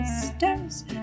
sisters